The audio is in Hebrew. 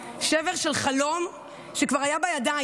שבר של חלום שכבר היה בידיים.